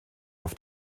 auf